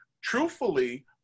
truthfully